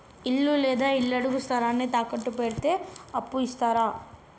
ఇల్లు లేదా ఇళ్లడుగు స్థలాన్ని తాకట్టు పెడితే అప్పు ఇత్తరా?